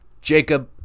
Jacob